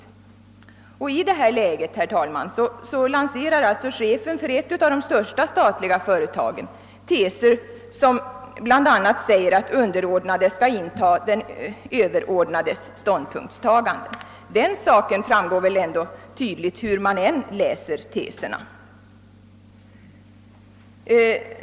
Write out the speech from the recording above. Herr talman! I detta läge lanserar alltså chefen för ett av de största statliga företagen teser, vari det bl.a. uttalas att de underordnade skall inta samma ståndpunkt som den överordnade. Detta framgår väl ändå tydligt, hur man än läser dessa teser.